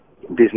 Business